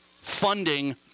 funding